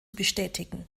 bestätigen